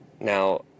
now